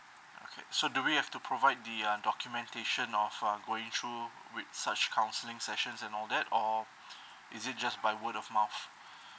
okay so do we have to provide the uh documentation of uh going through with such counseling sessions and all that or is it just by word of mouth